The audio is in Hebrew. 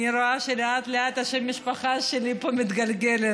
אני רואה שלאט-לאט שם המשפחה שלי פה מתגלגל.